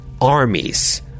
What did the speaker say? armies